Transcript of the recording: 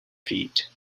feat